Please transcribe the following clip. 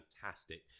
fantastic